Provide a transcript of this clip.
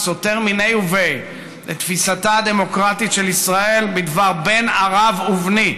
וסותר מיניה וביה את תפיסתה הדמוקרטית של ישראל בדבר "בן ערב ובני"